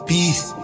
Peace